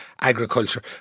Agriculture